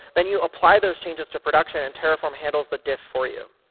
then you apply those changes to production, and terraform handles the diff for you.